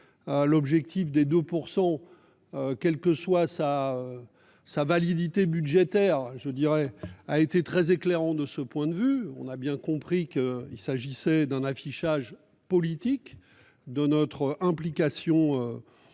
L'objectif des 2%. Quelle que soit sa. Sa validité budgétaire je dirais a été très éclairant de ce point de vue, on a bien compris qu'il s'agissait d'un affichage politique de notre implication.